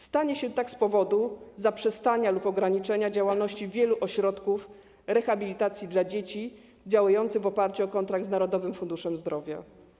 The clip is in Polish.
Stanie się tak z powodu zaprzestania lub ograniczenia działalności wielu ośrodków rehabilitacji dla dzieci działających w oparciu o kontrakt z Narodowym Funduszem Zdrowia.